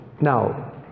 Now